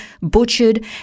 butchered